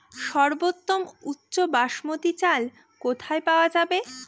সর্বোওম উচ্চ বাসমতী চাল কোথায় পওয়া যাবে?